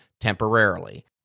temporarily